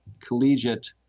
collegiate